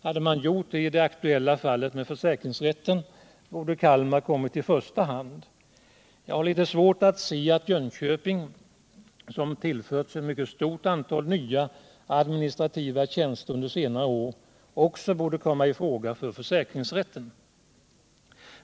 Hade man gjort det i det aktuella fallet med försäkringsrätten borde Kalmar kommit i första hand. Jag har litet svårt att se att Jönköping — som tillförts ett mycket stort antal nya administrativa tjänster under senare år — också borde komma i fråga för försäkringsrätten.